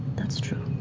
that's true.